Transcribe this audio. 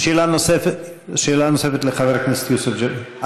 שאלה נוספת לחבר הכנסת יוסף ג'בארין.